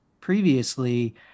previously